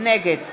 נגד